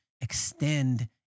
extend